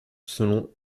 selon